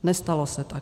Nestalo se tak.